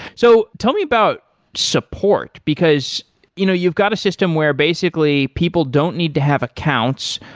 so tell me about support, because you know you've got a system where basically people don't need to have accounts.